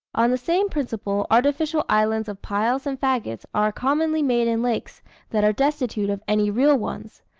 on the same principle, artificial islands of piles and faggots are commonly made in lakes that are destitute of any real ones,